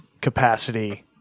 capacity